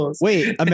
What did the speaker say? Wait